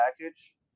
package